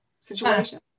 situation